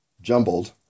jumbled